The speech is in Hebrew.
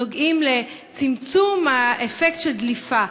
נוגעים לצמצום האפקט של דליפה,